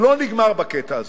הוא לא נגמר בקטע הזה.